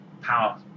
power